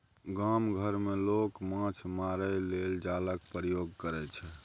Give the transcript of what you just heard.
गाम घर मे लोक माछ मारय लेल जालक प्रयोग करय छै